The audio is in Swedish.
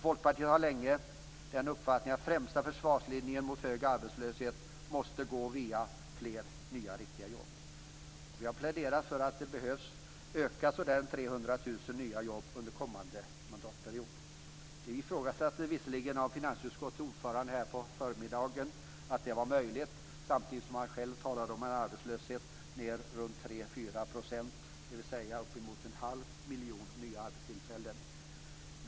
Folkpartiet har länge haft den uppfattningen att främsta försvarslinjen mot hög arbetslöshet måste gå via fler nya riktiga jobb. Vi har pläderat för att man behöver öka med minst 300 000 nya jobb under den kommande mandatperioden. Det ifrågasattes visserligen av finansutskottets ordförande under förmiddagen om det var möjligt samtidigt som han själv talade om en arbetslöshet kring 3-4 %, dvs. uppemot en halv miljon nya arbetstillfällen.